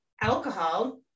alcohol